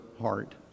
heart